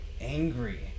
angry